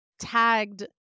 tagged